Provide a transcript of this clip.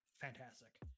fantastic